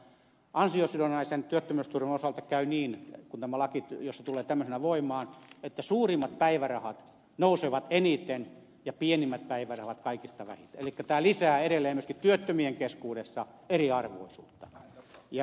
ansiosidonnaisen työttömyysturvan osalta käy niin jos tämä laki tulee tämmöisenä voimaan että suurimmat päivärahat nousevat eniten ja pienimmät päivärahat kaikista vähiten elikkä tämä lisää edelleen myöskin työttömien keskuudessa eriarvoisuutta